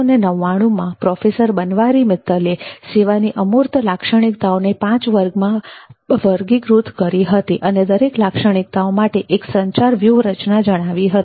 1999મા professor Banwari મિત્તલે સેવાની અમૂર્ત લાક્ષણિકતાઓને પાંચ વિભાગમાં વર્ગીકૃત કરી હતી અને દરેક લાક્ષણિકતાઓ માટે એક સંચાર વ્યૂહરચના જણાવી હતી